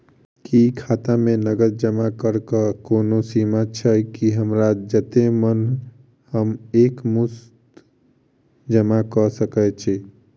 की खाता मे नगद जमा करऽ कऽ कोनो सीमा छई, की हमरा जत्ते मन हम एक मुस्त जमा कऽ सकय छी?